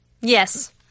Yes